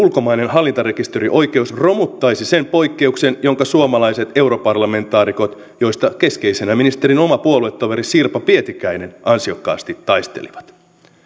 hallintarekisterioikeus romuttaisi sen poikkeuksen jonka suomalaiset europarlamentaarikot joista keskeisenä ministerin oma puoluetoveri sirpa pietikäinen ansiokkaasti taistelivat